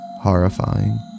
horrifying